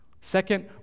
Second